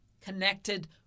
connected